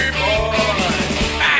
boy